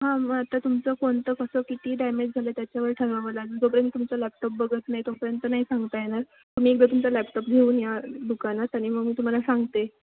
हां मग आता तुमचं कोणतं कसं किती डॅमेज झालं आहे त्याच्यावर ठरवावं लागेल जोपर्यंत तुमचा लॅपटॉप बघत नाही तोपर्यंत नाही सांगता येणार तुम्ही एकदा तुमचा लॅपटॉप घेऊन या दुकानात आणि मग मी तुम्हाला सांगते